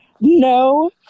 No